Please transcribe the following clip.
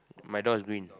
my door is green